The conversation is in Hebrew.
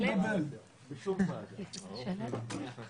כל חברי הכנסת שהגיעו